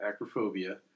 acrophobia